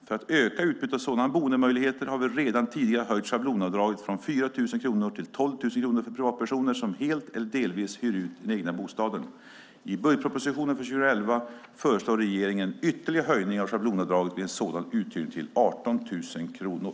För att öka utbudet av sådana boendemöjligheter har vi redan tidigare höjt schablonavdraget från 4 000 kronor till 12 000 kronor för privatpersoner som helt eller delvis hyr ut den egna bostaden. I budgetpropositionen för 2011 föreslår regeringen ytterligare höjning av schablonavdraget vid sådan uthyrning till 18 000 kronor.